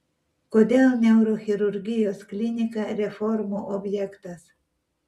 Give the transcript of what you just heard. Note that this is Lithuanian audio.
kodėl neurochirurgijos klinika reformų objektas